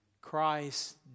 Christ